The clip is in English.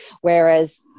whereas